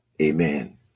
Amen